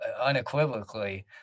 unequivocally